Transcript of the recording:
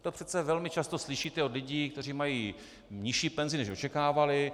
To přece velmi často slyšíte od lidí, kteří mají nižší penzi, než očekávali.